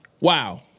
Wow